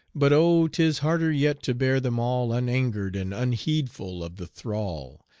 but oh! tis harder yet to bear them all unangered and unheedful of the thrall,